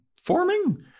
forming